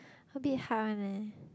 a bit hard one leh